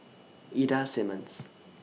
Ida Simmons